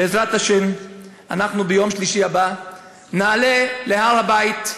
בעזרת השם, ביום שלישי הבא, נעלה להר-הבית,